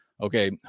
okay